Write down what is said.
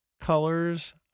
colors